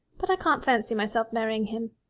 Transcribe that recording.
but i can't fancy myself marrying him,